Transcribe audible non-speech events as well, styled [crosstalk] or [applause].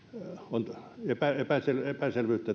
on epäselvyyttä [unintelligible]